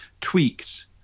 tweaked